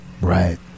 Right